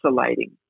isolating